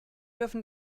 dürfen